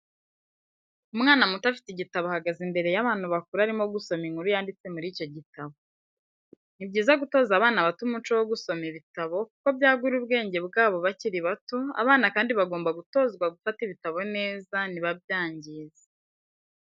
Umwana muto afite igitabo ahagaze imbere y'abantu bakuru arimo gusoma inkuru yanditse muri icyo gitabo. Ni byiza gutoza abana umuco wo gusoma ibitabo kuko byagura ubwenge bwabo bakiri bato, abana kandi bagomba gutozwa gufata ibitabo neza ntibabyangize.